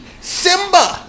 Simba